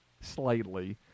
slightly